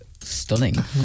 Stunning